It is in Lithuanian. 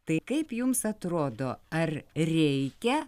tai kaip jums atrodo ar reikia